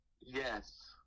Yes